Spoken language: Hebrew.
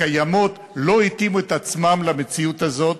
הקיימות לא התאימו את עצמן למציאות הזאת,